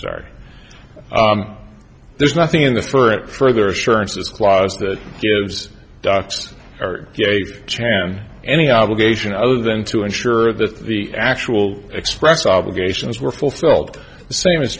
sorry there's nothing in this for it further assurances clause that gives docs or gave chan any obligation other than to ensure that the actual express obligations were fulfilled the same is